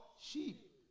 sheep